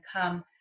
come